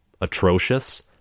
atrocious